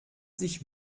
sich